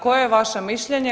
Koje je vaše mišljenje?